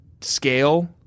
scale